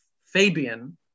Fabian